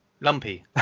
Lumpy